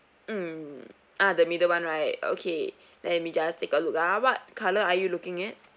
mm ah the middle [one] right okay let me just take a look ah what colour are you looking at